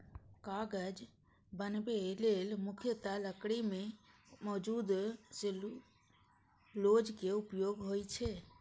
कागज बनबै लेल मुख्यतः लकड़ी मे मौजूद सेलुलोज के उपयोग होइ छै